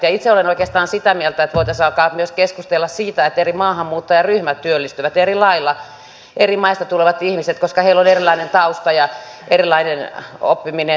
itse olen oikeastaan sitä mieltä että voitaisiin alkaa myös keskustella siitä että eri maahanmuuttajaryhmät eri maista tulevat ihmiset työllistyvät eri lailla koska heillä on erilainen tausta ja erilainen oppiminen taustalla ja muuta